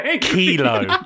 Kilo